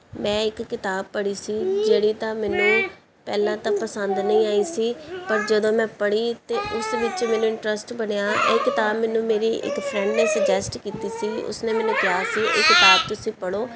ਮੈਂ ਇੱਕ ਕਿਤਾਬ ਪੜ੍ਹੀ ਸੀ ਜਿਹੜੀ ਤਾਂ ਮੈਨੂੰ ਪਹਿਲਾਂ ਤਾਂ ਪਸੰਦ ਨਹੀਂ ਆਈ ਸੀ ਪਰ ਜਦੋਂ ਮੈਂ ਪੜ੍ਹੀ ਅਤੇ ਉਸ ਵਿੱਚ ਮੈਨੂੰ ਇੰਟਰਸਟ ਬਣਿਆ ਇਹ ਕਿਤਾਬ ਮੈਨੂੰ ਮੇਰੀ ਇੱਕ ਫਰੈਂਡ ਨੇ ਸੁਜੈਸਟ ਕੀਤੀ ਸੀ ਉਸਨੇ ਮੈਨੂੰ ਕਿਹਾ ਸੀ ਇਹ ਕਿਤਾਬ ਤੁਸੀਂ ਪੜ੍ਹੋ